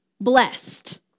blessed